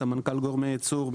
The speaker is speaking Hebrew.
סמנכ"ל גורמי ייצור,